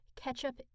Ketchup